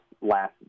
last